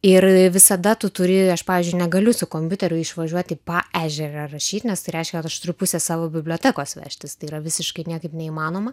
ir visada tu turi aš pavyzdžiui negaliu su kompiuteriu išvažiuot į paežerę rašyti nes tai reiškia kad aš turiu pusę savo bibliotekos vežtis tai yra visiškai niekaip neįmanoma